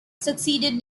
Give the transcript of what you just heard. succeeded